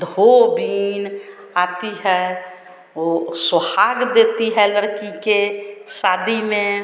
धोबिन आती है ओ सुहाग देती है लड़की के शादी में